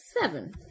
seven